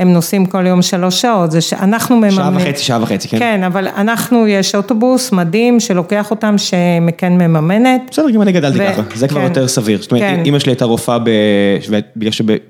‫הם נוסעים כל יום שלוש שעות, ‫זה שאנחנו מממנים... ‫שעה וחצי, שעה וחצי, כן. ‫כן, אבל אנחנו, יש אוטובוס מדהים ‫שלוקח אותם שמקן מממנת. ‫בסדר, גם אני גדלתי ככה, ‫זה כבר יותר סביר. ‫זאת אומרת, אמא שלי הייתה רופאה ‫בגלל שב...